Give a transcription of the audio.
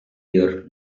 your